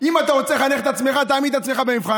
אם אתה רוצה לחנך את עצמך, תעמיד את עצמך במבחן.